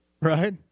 Right